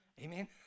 Amen